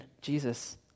Jesus